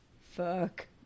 Fuck